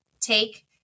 take